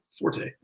forte